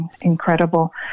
incredible